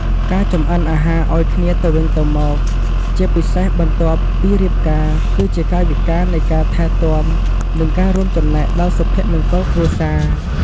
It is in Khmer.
ការចម្អិនអាហារឱ្យគ្នាទៅវិញទៅមក ជាពិសេសបន្ទាប់ពីរៀបការ គឺជាកាយវិការនៃការថែទាំ និងការរួមចំណែកដល់សុភមង្គលគ្រួសារ។